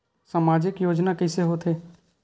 सामजिक योजना कइसे होथे?